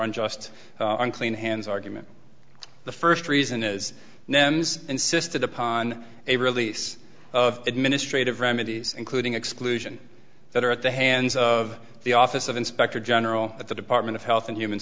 unjust on clean hands argument the first reason is now insisted upon a release of administrative remedies including exclusion that are at the hands of the office of inspector general at the department of health and human